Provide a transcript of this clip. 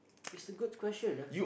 it's a good question ah